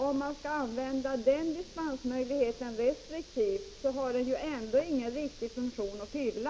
Om man skall utnyttja dispensmöjligheten restriktivt, har den inte någon riktig funktion att fylla.